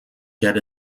get